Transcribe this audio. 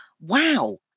Wow